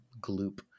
gloop